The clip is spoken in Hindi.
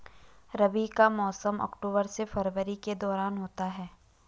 रबी का मौसम अक्टूबर से फरवरी के दौरान होता है